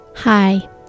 Hi